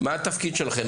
מה התפקיד שלכם?